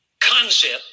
concept